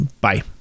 bye